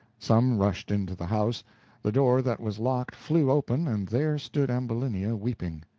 some rushed into the house the door that was locked flew open, and there stood ambulinia, weeping.